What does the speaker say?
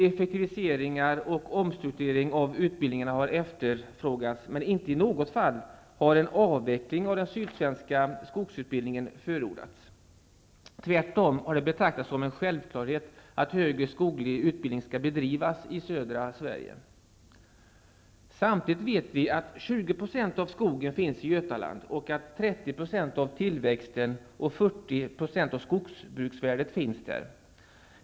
Effektiviseringar och omstrukturering av utbildningarna har efterfrågats, men inte i något fall har en avveckling av den sydsvenska skogsutbildningen förordats. Tvärtom har det betraktats som en självklarhet att högre skoglig utbildning skall bedrivas i södra Sverige. Samtidigt vet vi att 20 % av skogen finns i Götaland och att 30 % av tillväxten och 40 % av skogsbruksvärdet finns där.